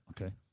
Okay